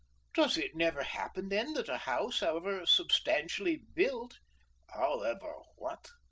does it never happen, then, that a house, however substantially built however what!